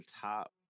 top